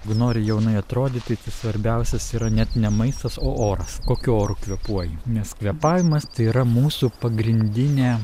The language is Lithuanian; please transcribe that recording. jeigu nori jaunai atrodyti tai svarbiausias yra net ne maistas o oras kokiu oru kvėpuoji nes kvėpavimas tai yra mūsų pagrindinė